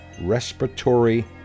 respiratory